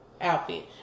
outfit